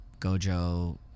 Gojo